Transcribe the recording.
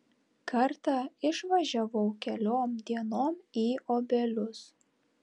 kartą išvažiavau keliom dienom į obelius